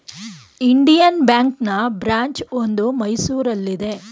Indian ಬ್ಯಾಂಕ್ನ branch ಒಂದು ಮೈಸೂರಲ್ಲಿದೆ